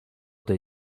tej